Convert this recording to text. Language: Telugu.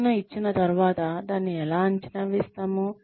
శిక్షణ ఇచ్చిన తర్వాత దాన్ని ఎలా అంచనా వేస్తాము